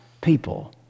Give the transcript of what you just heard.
people